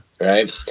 right